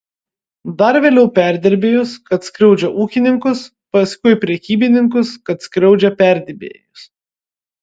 dar vėliau perdirbėjus kad skriaudžia ūkininkus paskui prekybininkus kad skriaudžia perdirbėjus